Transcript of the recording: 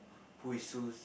who is who's